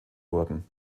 wurden